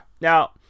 Now